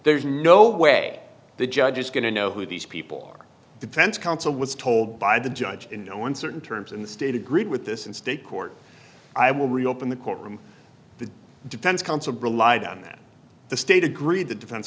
there's no way the judge is going to know who these people are the defense counsel was told by the judge in no uncertain terms in the state agreed with this and state court i will reopen the courtroom the defense counsel relied on that the state agreed the defense